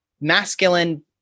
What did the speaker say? masculine